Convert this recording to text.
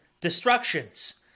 destructions